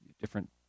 different